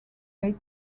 lake